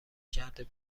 کرده